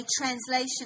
translation